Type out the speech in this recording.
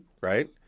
right